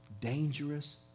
dangerous